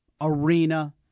Arena